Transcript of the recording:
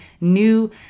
new